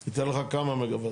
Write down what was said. וזה ייתן לך כמה מגה וואט?